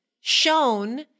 shown